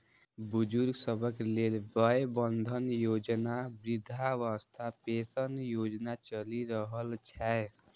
बुजुर्ग सभक लेल वय बंधन योजना, वृद्धावस्था पेंशन योजना चलि रहल छै